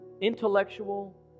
intellectual